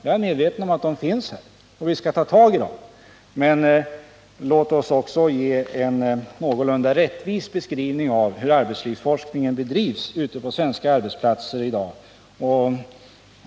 Jag är medveten om att de finns här och att vi skall ta tag i dem, men låt oss också ge en någorlunda rättvis beskrivning av hur arbetslivsforskningen bedrivs ute på svenska arbetsplatser i dag.